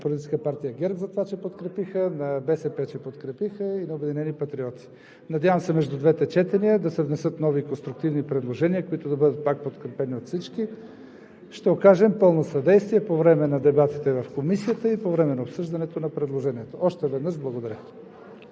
партия ГЕРБ за това, че подкрепиха, на БСП, че подкрепиха и на „Обединени патриоти“. Надявам се между двете четения да се внесат нови конструктивни предложения, които да бъдат пак подкрепени от всички. Ще окажем пълно съдействие по време на дебатите в Комисията и по време на обсъждане на предложението. Още веднъж – благодаря!